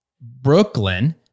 Brooklyn